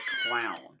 clown